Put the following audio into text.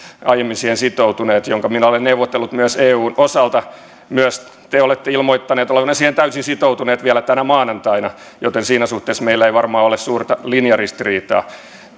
aiemmin siihen sitoutuneet jonka minä olen neuvotellut myös eun osalta myös te olette ilmoittaneet olevanne siihen täysin sitoutuneet vielä tänä maanantaina joten siinä suhteessa meillä ei varmaan ole suurta linjaristiriitaa